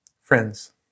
Friends